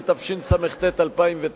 התשס"ט 2009,